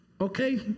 okay